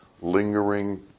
lingering